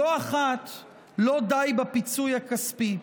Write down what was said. לא אחת לא די בפיצוי הכספים.